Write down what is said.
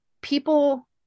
people